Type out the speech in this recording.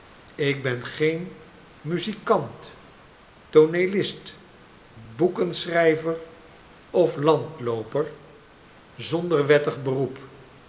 ik ben geen muzikant tooneelist boekenschrijver of landlooper zonder wettig beroep